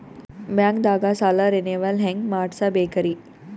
ಬ್ಯಾಂಕ್ದಾಗ ಸಾಲ ರೇನೆವಲ್ ಹೆಂಗ್ ಮಾಡ್ಸಬೇಕರಿ?